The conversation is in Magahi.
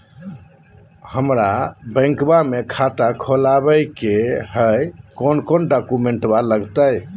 हमरा बैंकवा मे खाता खोलाबे के हई कौन कौन डॉक्यूमेंटवा लगती?